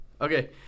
Okay